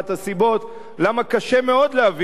למה קשה מאוד להביא להסדר כזה.